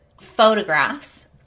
photographs